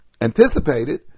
anticipated